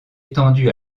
étendu